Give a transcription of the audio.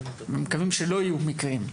אנחנו מקווים שלא יהיו מקרים,